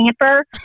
camper